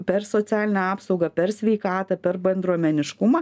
per socialinę apsaugą per sveikatą per bendruomeniškumą